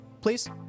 please